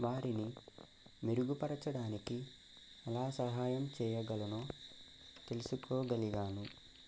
వారిని మెరుగుపరచడానికి ఎలా సహాయం చేయగలనో తెలుసుకోగలిగాను